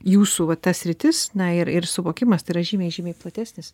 jūsų va ta sritis na ir ir suvokimas yra žymiai žymiai platesnis